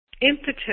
impetus